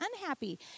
unhappy